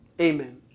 amen